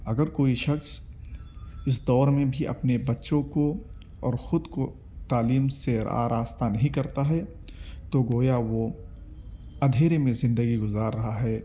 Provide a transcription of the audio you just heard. اگر کوئی شخص اس دور میں بھی اپنے بچوں کو اور خود کو تعلیم سے آراستہ نہیں کرتا ہے تو گویا وہ اندھیرے میں زندگی گزار رہا ہے